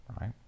right